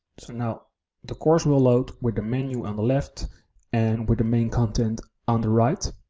so now the course will load with the menu on the left and with the main content on the right.